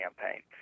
campaign